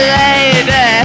lady